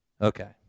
Okay